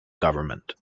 government